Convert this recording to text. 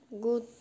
Good